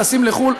טסים לחו"ל,